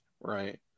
right